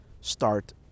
start